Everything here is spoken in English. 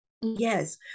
Yes